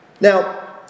Now